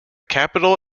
capital